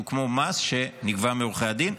שהוא כמו מס שנגבה מעורכי הדין.